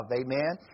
Amen